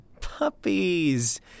Puppies